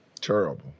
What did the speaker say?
Terrible